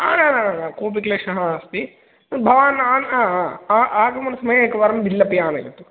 न न न कोपि क्लेशः नास्ति भवान् आन् आगमनसमये एकवारं बिल्लपि आनयतु